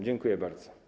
Dziękuję bardzo.